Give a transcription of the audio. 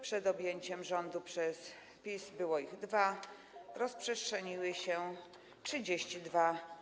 Przed objęciem rządu przez PiS były dwa, rozprzestrzeniły się - 32.